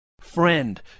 Friend